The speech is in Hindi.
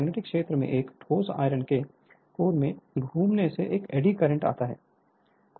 मैग्नेटिक क्षेत्र में एक ठोस आयरन के कोर के घूमने से एड़ी में करंट आता है